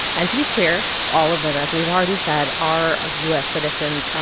and to be clear, all of them as we've already said are ah u s. citizens.